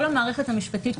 כל המערכת המשפטית,